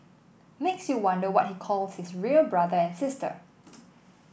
makes you wonder what he calls his real brother and sister